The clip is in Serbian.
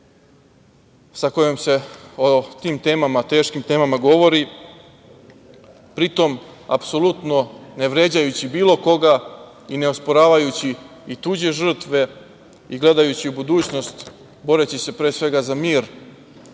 sa kojom se o tim temama, teškim temama govori, pri tom apsolutno ne vređajući bilo koga i ne osporavajući i tuđe žrtve, i gledajući u budućnost boreći se pre svega za mir